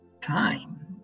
time